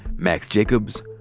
max jacobs,